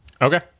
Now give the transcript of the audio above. Okay